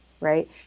right